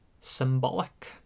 symbolic